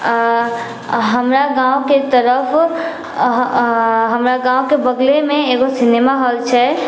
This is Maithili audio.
हमरा गाँवके तरफ हमरा गाँवके बगलेमे एगो सिनेमा हाँल छै